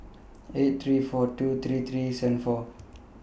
eight three four two three three seven four